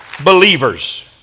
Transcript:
believers